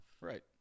Right